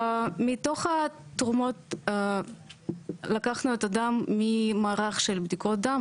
מתוך התרומות לקחנו את הדם ממערך של בדיקות דם,